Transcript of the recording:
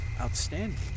outstanding